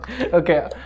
Okay